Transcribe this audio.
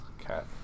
Cat